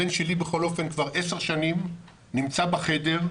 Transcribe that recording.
הבן שלי בכל אופן כבר עשר שנים נמצא בחדר,